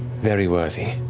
very worthy